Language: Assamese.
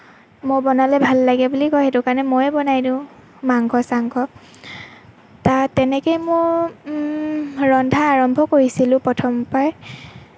মই বনালে ভাল লাগে বুলি কয় সেইটো কাৰণে মইয়েই বনাই দিওঁ মাংস চাংস তেনেকৈ মোৰ ৰন্ধা আৰম্ভ কৰিছিলোঁ প্ৰথমৰ পৰাই